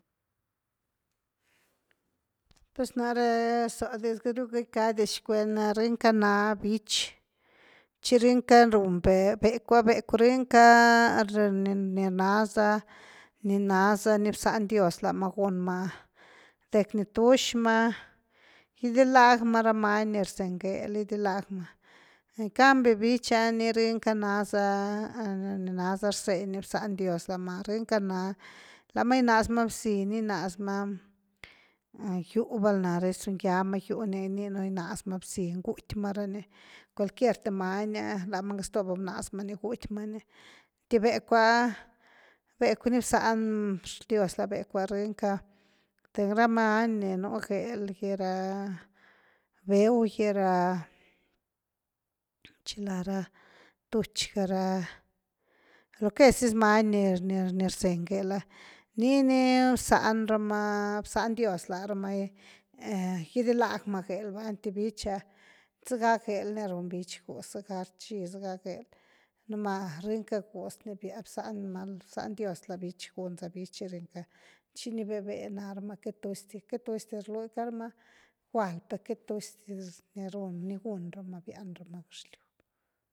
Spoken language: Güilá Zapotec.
ps nare so diz kat’riu gkigadia shicuend’ rynka na bichi chi rynka run be-beku, bekuaa rynka, ni naza- ni naza- ni bzan dios laama gunma, dekny tuxma, gydylagma ra maany ny rseny gëel gydylagma, en cambio bichiaa’ ni rynkaza naaza ni naaza rzeny ni bzan dios laama, rynkana lamaa gynazma bziny gynazma, yuu’ valnaré gyzungyama gyuu’ ny gynynu gynazma bziny guti’ma rany cualquier ty maany la ma gaztoo’ va b>nazmany gutymaan y enty beku’ah, beku’ ni bzan dios la beku’ah rynka, ty ra maany ni nu gëelgy ra beeugy ra shi la ra-ra tuchgara lo quez diz ra maany ni ni rzeeny gêelah ni ni rzanramaa’, bzân dios la rama gy gydylaagma gêel va enty bichiah zga gêel ni run bichi guz zga rchi zga gêel no ma rynka guz ni bzan nal, bzan dios la bichi gunza bichi, chi ni bee’ bee’ naarama kat tuzdy kat tuzdy, rlucarama giualy per kat tuzdy ny runy ny gunraama bianraama gaxliu’.